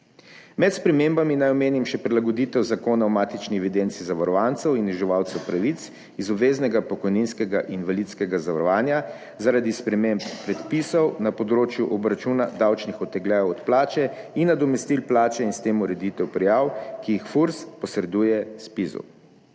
Med spremembami naj omenim še prilagoditev Zakona o matični evidenci zavarovancev in uživalcev pravic iz obveznega pokojninskega in invalidskega zavarovanja zaradi sprememb predpisov na področju obračuna davčnih odtegljajev od plače in nadomestil plače in s tem ureditev prijav, ki jih Furs posreduje Zpizu.